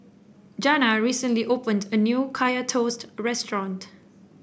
Janna recently opened a new Kaya Toast restaurant